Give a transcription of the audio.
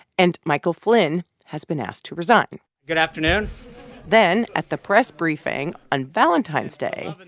and michael flynn has been asked to resign good afternoon then at the press briefing on valentine's day,